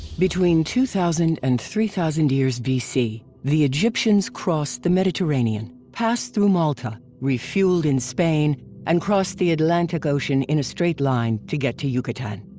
between two thousand and three thousand years bc, the egyptians crossed the mediterranean, passed through malta, refueled in spain and crossed the atlantic ocean in a straight line to get to yucatan